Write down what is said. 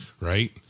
Right